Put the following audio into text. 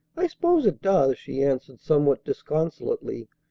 i s'pose it does, she answered somewhat disconsolately.